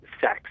sex